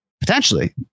Potentially